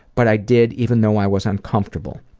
but i did even though i was uncomfortable.